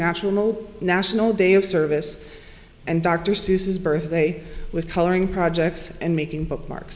national national day service and dr seuss's birthday with coloring projects and making bookmark